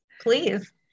please